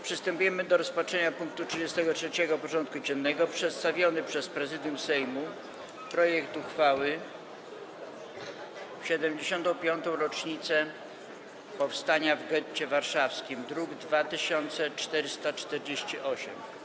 Przystępujemy do rozpatrzenia punktu 33. porządku dziennego: Przedstawiony przez Prezydium Sejmu projekt uchwały w 75. rocznicę Powstania w Getcie Warszawskim (druk nr 2448)